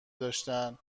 داشتن